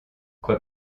quoi